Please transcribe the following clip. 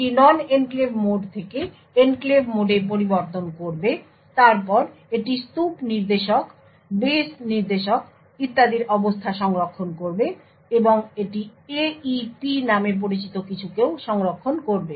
এটি non enclave mode থেকে enclave মোডে পরিবর্তন করবে তারপর এটি স্তুপ নির্দেশক বেস নির্দেশক ইত্যাদির অবস্থা সংরক্ষণ করবে এবং এটি AEP নামে পরিচিত কিছুকেও সংরক্ষণ করবে